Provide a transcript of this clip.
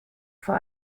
vor